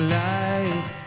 life